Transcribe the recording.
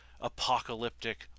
apocalyptic